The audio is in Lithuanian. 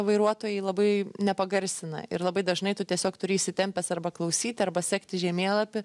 vairuotojai labai nepagarsina ir labai dažnai tu tiesiog turi įsitempęs arba klausyti arba sekti žemėlapį